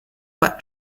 pas